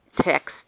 Text